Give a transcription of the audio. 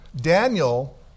Daniel